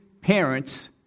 parents